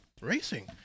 racing